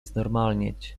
znormalnieć